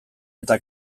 eta